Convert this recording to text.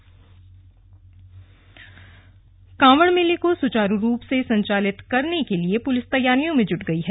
कावड़ बैठक कांवड मेले को सुचारू रूप से संचालित करने के लिए पुलिस तैयारियों में जुट गई है